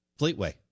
Fleetway